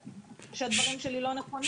שהדברים שלי לא נכונים?